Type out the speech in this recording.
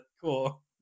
cool